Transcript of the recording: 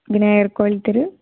விநாயகர் கோவில் தெரு